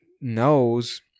knows